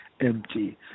empty